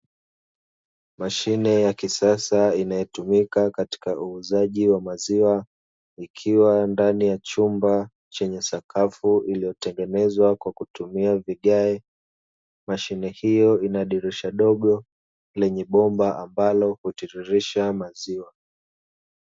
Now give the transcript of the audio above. Mashine ya kisasa inayotumika katika uuzaji wa maziwa ikiwa ndani ya chumba chenye sakafu iliyotengenezwa kwa kutumia vigae, mashine hiyo ina dirisha dogo lenye bomba ambalo hutiririsha maziwa.